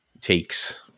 takes